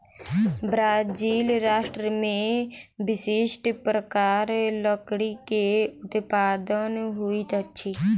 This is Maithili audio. ब्राज़ील राष्ट्र में विशिष्ठ प्रकारक लकड़ी के उत्पादन होइत अछि